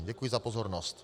Děkuji za pozornost.